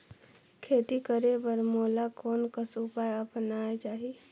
खेती करे बर मोला कोन कस उपाय अपनाये चाही?